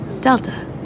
Delta